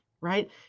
right